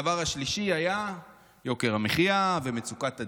הדבר השלישי היה יוקר המחיה ומצוקת הדיור.